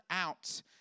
out